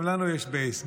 גם לנו יש בייס,